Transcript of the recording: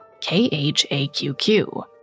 K-H-A-Q-Q